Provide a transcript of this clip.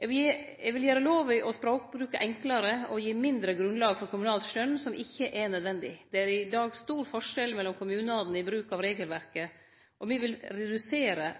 Eg vil gjere lova og språkbruken enklare og gi mindre grunnlag for kommunalt skjønn som ikkje er nødvendig. Det er i dag stor forskjell mellom kommunane i bruken av regelverket, og me vil redusere